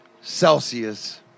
Celsius